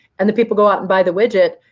and the people go out and buy the widget.